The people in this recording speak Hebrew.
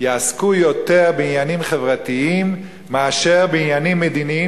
יעסקו יותר בעניינים חברתיים מאשר בעניינים מדיניים,